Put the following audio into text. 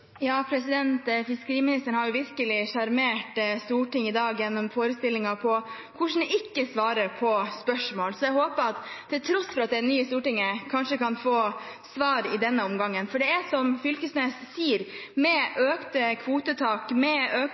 Fiskeriministeren har virkelig sjarmert Stortinget i dag gjennom forestillingen om «hvordan ikke svare på spørsmål». Så jeg håper at jeg – til tross for at jeg er ny i Stortinget – kanskje kan få svar i denne omgangen. For det er som Knag Fylkesnes sier, at med økte kvotetak, med